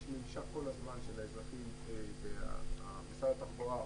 יש ממשק כל הזמן של האזרחים עם משרד התחבורה,